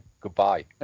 Goodbye